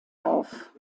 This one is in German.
auf